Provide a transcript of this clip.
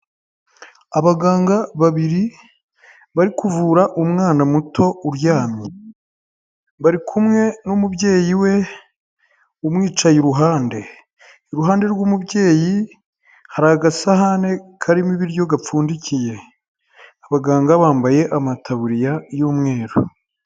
Abaganga babiri bari kuvura umwana muto uryamye bari kumwe n'umubyeyi we umwicaye iruhande, iruhande rw'umubyeyi hari agasahane karimo ibiryo gapfundikiye, abaganga bambaye amataburiya y'umweru.